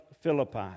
Philippi